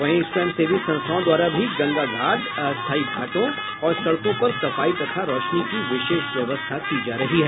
वहीं स्वयं सेवी संस्थाओं द्वारा भी गंगा घाट अस्थायी घाटों और सड़कों पर सफाई तथा रौशनी की विशेष व्यवस्था की जा रही है